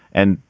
and,